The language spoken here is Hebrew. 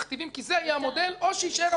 כי זה יהיה המודל או יישאר המצב הנוכחי.